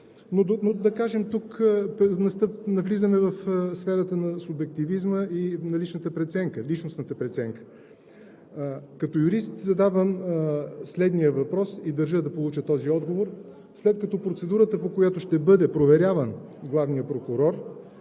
обаче, че тук навлизаме в сферата на субективизма и личностната преценка. Като юрист задавам следния въпрос и държа да получа този отговор – след като процедурата, по която ще бъде проверяван главният прокурор,